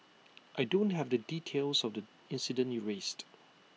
I don't have the details of the incident you raised